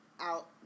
out